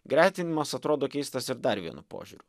gretinimas atrodo keistas ir dar vienu požiūriu